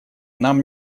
нам